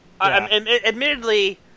admittedly